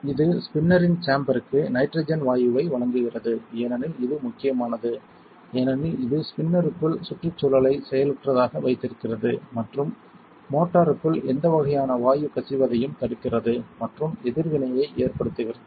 இது ஸ்பின்னரின் சேம்பர்க்கு நைட்ரஜன் வாயுவை வழங்குகிறது ஏனெனில் இது முக்கியமானது ஏனெனில் இது ஸ்பின்னருக்குள் சுற்றுச்சூழலை செயலற்றதாக வைத்திருக்கிறது மற்றும் மோட்டருக்குள் எந்த வகையான வாயு கசிவதையும் தடுக்கிறது மற்றும் எதிர்வினையை ஏற்படுத்துகிறது